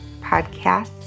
podcasts